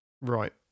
right